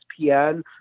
ESPN